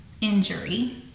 injury